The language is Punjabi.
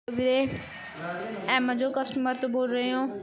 ਵੀਰੇ ਐਮਾਜ਼ੋ ਕਸਟਮਰ ਤੋਂ ਬੋਲ ਰਹੇ ਹੋ